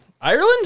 Ireland